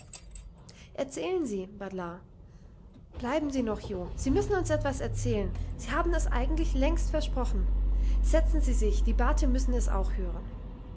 erzählen sie bat la bleiben sie noch jo sie müssen uns etwas erzählen sie haben es eigentlich längst versprochen setzen sie sich die bate müssen es auch hören